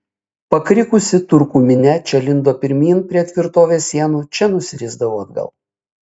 pakrikusi turkų minia čia lindo pirmyn prie tvirtovės sienų čia nusirisdavo atgal